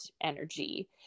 energy